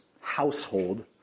household